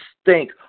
stink